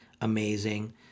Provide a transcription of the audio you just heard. amazing